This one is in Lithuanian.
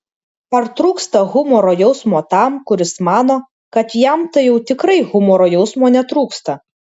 ar trūksta humoro jausmo tam kuris mano kad jam tai jau tikrai humoro jausmo netrūksta